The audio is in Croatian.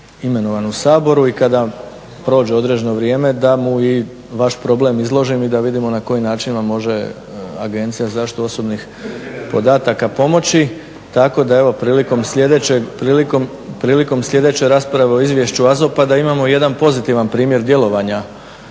imenovan u Saboru i kada prođe određeno vrijeme da mu i vaš problem izložim i da vidimo na koji način vam može Agencija za zaštitu osobnih podataka pomoći. Tako da evo prilikom sljedeće rasprava o izvješću AZOP-a da imamo jedan pozitivan primjer djelovanja